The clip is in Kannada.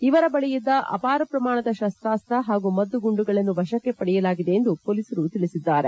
ಇವರ ಬಳಿ ಇದ್ದ ಅಪಾರ ಶ್ರಮಾಣದ ಶಸ್ತಾಸ್ತ ಹಾಗೂ ಮದ್ದು ಗುಂಡುಗಳನ್ನು ವಶಕ್ಕೆ ಪಡೆಯಲಾಗಿದೆ ಎಂದು ಪೊಲೀಸರು ತಿಳಿಸಿದ್ದಾರೆ